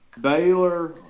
Baylor